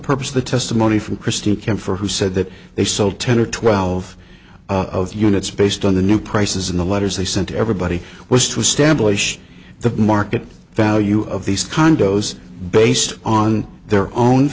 purpose of the testimony from christine camphor who said that they sold ten or twelve of the units based on the new prices in the letters they sent everybody was to establish the market value of these condos based on their own